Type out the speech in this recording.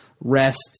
rests